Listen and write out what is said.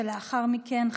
ולאחר מכן,